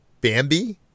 Bambi